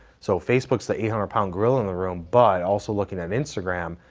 so facebook's the eight hundred um gorilla in the room. but also, looking at instagram,